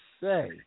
say